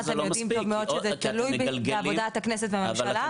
אתם יודעים טוב מאוד שזה תלוי בעבודת הכנסת והממשלה.